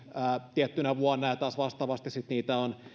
tiettynä vuonna ja sitten taas vastaavasti niitä